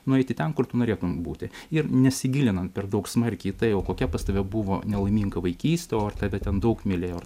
nueiti ten kur tu norėtumei būti ir nesigilinant per daug smarkiai į tai o kokia pas tave buvo nelaiminga vaikystė o tave ten daug mylėjo ir